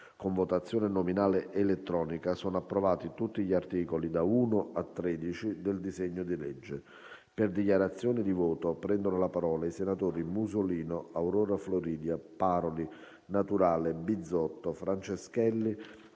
grazie a tutti